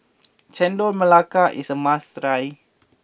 Chendol Melaka is a must try